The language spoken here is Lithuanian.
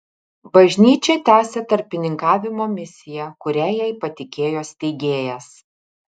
bažnyčia tęsia tarpininkavimo misiją kurią jai patikėjo steigėjas